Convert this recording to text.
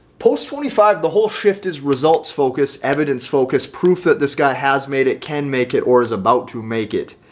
post twenty five the whole shift is results, focus evidence focus proof that this guy has made it can make it or is about to make it.